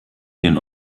den